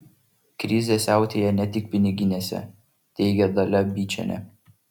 krizė siautėja ne tik piniginėse teigia dalia byčienė